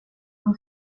som